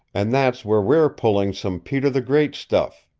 and that's where we're pulling some peter the great stuff,